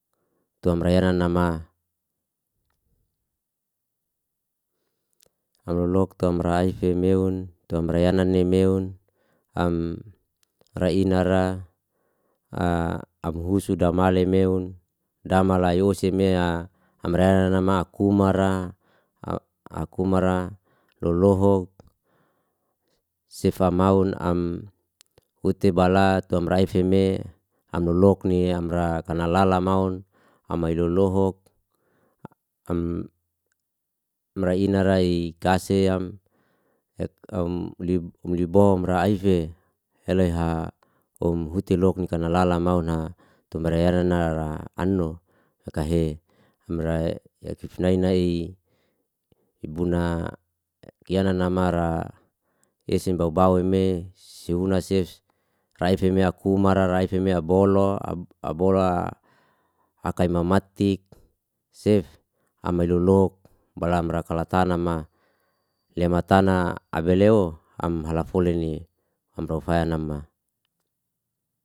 Tu amra'e nama lolok tu amra aife meun, tu amra yayana ne meun amra ina ra amahu suda male meun dama layose mea amra nama kuma ra lolohok, sefa maun am ute bala tu amra aifeme, am lolok ni amra kanal lala maun, amai lolohok amra ina re kase am omlibom ra aife eleiha omhute lok ni kanal lala mauna tum re era nara ra ano aka he kifnainai ibuna yana namara ese baubau eme se una sef raife me aku mara raife abolo, abola ika mamatik sef ama ilolok balam ra ka ma tanama, lematana abeleo am halafole ni am rufaya nama.